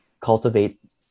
cultivate